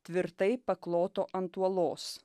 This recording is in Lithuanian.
tvirtai pakloto ant uolos